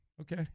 Okay